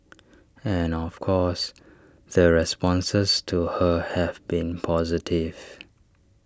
and of course the responses to her have been positive